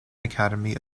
academy